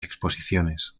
exposiciones